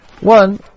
One